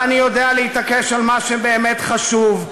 ואני יודע להתעקש על מה שבאמת חשוב,